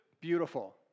Beautiful